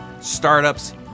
Startups